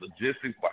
logistics